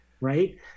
right